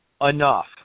Enough